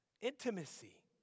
intimacy